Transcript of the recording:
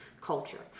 culture